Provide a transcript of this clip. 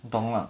懂啦